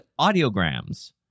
audiograms